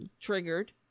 triggered